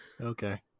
Okay